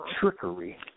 trickery